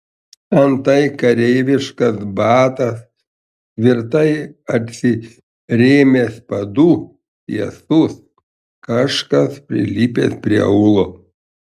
antai kareiviškas batas tvirtai atsirėmęs padu tiesus kažkas prilipęs prie aulo